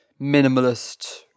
minimalist